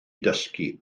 dysgu